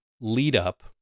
lead-up